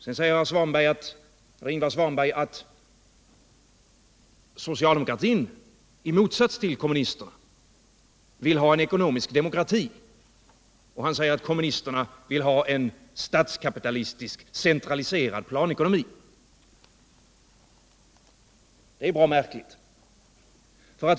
Vidare säger Ingvar Svanberg att socialdemokratin i motsats till kommunisterna vill ha en ekonomisk demokrati och att kommunisterna vill ha en statskapitalistiskt centraliserad planekonomi. Det är bra märkligt.